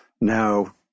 now